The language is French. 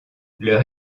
leur